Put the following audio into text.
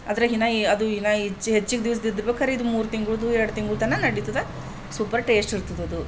ಅದ್ರಾಗಿನ ಅದು ಇನ್ನೂ ಹೆಚ್ಚು ಹೆಚ್ಚಿಗೆ ದಿವಸಿದ್ದಿದ್ಬೇಕಾದರೆ ಇದು ಮೂರು ತಿಂಗಳಿದ್ದು ಎರಡು ತಿಂಗಳತನಕ ನಡೀತದೆ ಸೂಪರ್ ಟೇಸ್ಟ್ ಇರ್ತದದು